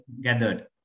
gathered